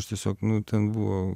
aš tiesiog nu ten buvo